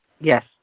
Yes